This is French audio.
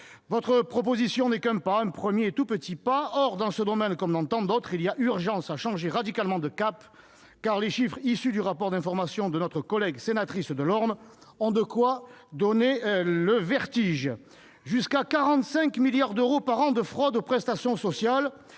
Votre proposition de loi n'est qu'un pas, un premier et tout petit pas ; or, dans ce domaine comme dans tant d'autres, il y a urgence à changer radicalement de cap, car les chiffres issus du rapport d'information de notre collègue sénatrice de l'Orne ont de quoi donner le vertige. Le coût des fraudes aux prestations sociales